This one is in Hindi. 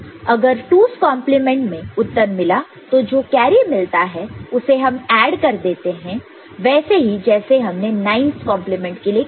अगर 2's कंप्लीमेंट 2's complement में उत्तर मिला होता तो जो कैरी मिलता है उसे हम ऐड कर देते हैं वैसे ही जैसे हमने 9's कंप्लीमेंट 9's complement के लिए किया है